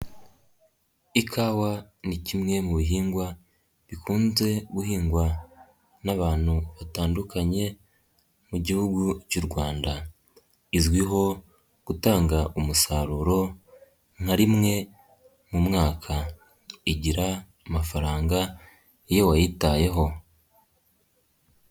Ikawa ni kimwe mu bihingwa bikunze guhingwa n'abantu batandukanye, mu gihugu cy'u Rwanda, izwiho gutanga umusaruro nka rimwe mu mwaka, igira amafaranga iyo wayitayeho.